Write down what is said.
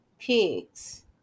pigs